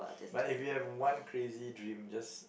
like if you have one crazy dream just